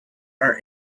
are